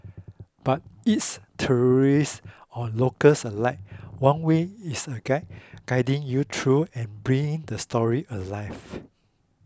but it's tourist or locals alike one way is a guide guiding you through and bringing the stories alive